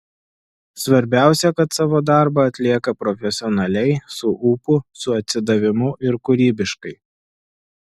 svarbiausia kad savo darbą atlieka profesionaliai su ūpu su atsidavimu ir kūrybiškai